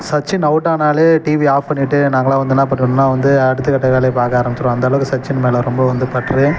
சச்சின் அவுட்டானாலே டிவியை ஆஃப் பண்ணிவிட்டு நாங்களாம் வந்து என்ன பண்ணுவோன்னா வந்து அடுத்தக்கட்ட வேலையை பார்க்க ஆரம்மிச்சிருவோம் அந்தளவுக்கு சச்சின் மேல் ரொம்ப வந்து பற்று